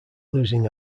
losing